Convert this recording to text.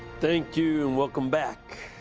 thank you and welcome back.